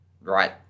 right